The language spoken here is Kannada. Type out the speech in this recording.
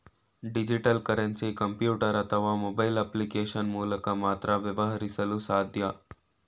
ಡಿಜಿಟಲ್ ಕರೆನ್ಸಿ ಕಂಪ್ಯೂಟರ್ ಅಥವಾ ಮೊಬೈಲ್ ಅಪ್ಲಿಕೇಶನ್ ಮೂಲಕ ಮಾತ್ರ ವ್ಯವಹರಿಸಲು ಸಾಧ್ಯ